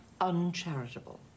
uncharitable